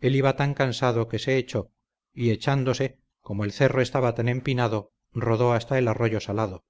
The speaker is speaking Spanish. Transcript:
él iba tan cansado que se echó y echándose como el cerro estaba tan empinado rodó hasta el arroyo salado